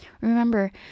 Remember